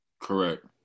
Correct